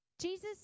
Jesus